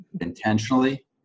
intentionally